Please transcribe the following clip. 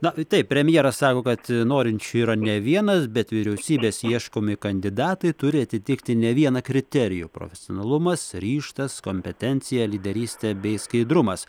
na taip premjeras sako kad norinčių yra ne vienas bet vyriausybės ieškomi kandidatai turi atitikti ne vieną kriterijų profesionalumas ryžtas kompetencija lyderystė bei skaidrumas